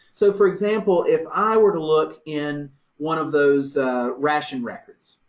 so for example, if i were to look in one of those ration records,